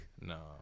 No